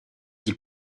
ils